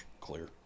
clear